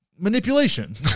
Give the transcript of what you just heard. manipulation